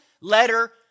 letter